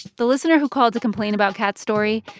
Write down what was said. the listener who called to complain about kat's story,